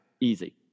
Easy